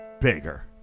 bigger